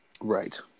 Right